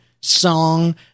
Song